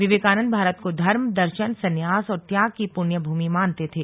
विवेकानंद भारत को धर्म दर्शन सन्यास और त्याग की पुण्यभूमि मानते थे